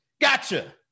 Gotcha